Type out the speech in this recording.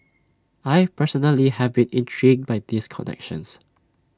I personally have been intrigued by these connections